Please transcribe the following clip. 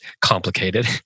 complicated